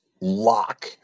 lock